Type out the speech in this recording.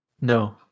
no